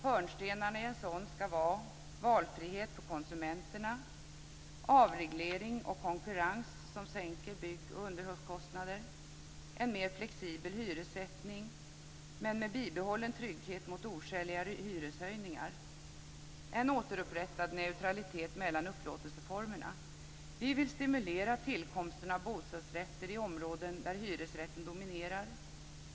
Hörnstenarna i en sådan ska vara valfrihet för konsumenterna, avreglering och konkurrens, som sänker bygg och underhållskostnader, en mer flexibel hyressättning men med bibehållen trygghet mot oskäliga hyreshöjningar och en återupprättad neutralitet mellan upplåtelseformerna. Vi vill stimulera tillkomsten av bostadsrätter i områden där hyresrätten dominerar.